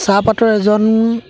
চাহপাতৰ এজন